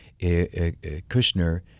Kushner